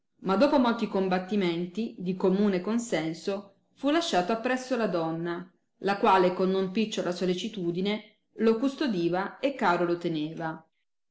ma dopo molti combattimenti di commune consenso fu lasciato appresso la donna la quale con non picciola solecitudine lo custodiva e caro lo teneva